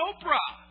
Oprah